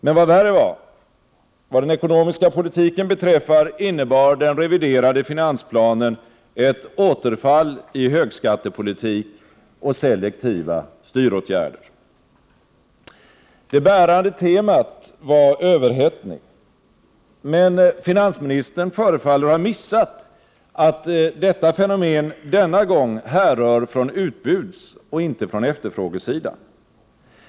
Men vad värre var: vad den ekonomiska politiken beträffar innebar den reviderade finansplanen ett återfall i högskattepolitik och selektiva styråtgärder. Det bärande temat var överhettning. Men finansministern förefaller ha missat att detta fenomen denna gång härrör från utbudsoch inte från efterfrågesidan.